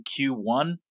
Q1